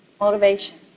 Motivation